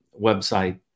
website